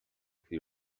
faoi